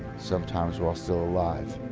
sometimes while still alive.